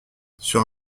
sur